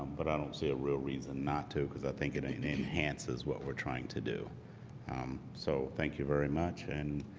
but i don't see a real reason not to because i think it and enhances what we're trying to do so thank you very much and